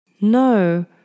No